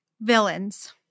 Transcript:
Villains